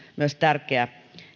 myös tärkeä